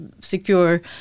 secure